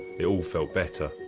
it all felt better.